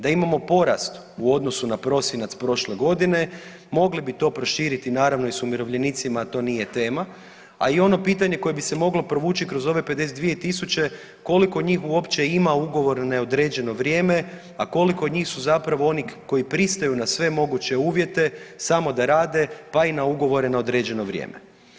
Da imamo porast u odnosu na prosinac prošle godine, mogli bi to proširiti naravno i s umirovljenicima, a to nije tema, a i ono pitanje koje bi se moglo provući kroz ove 52 tisuće, koliko njih uopće ima ugovor na neodređeno vrijeme, a koliko njih su zapravo oni koji pristaju na sve moguće uvjete samo da rade, pa i na ugovore na određeno vrijeme.